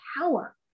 power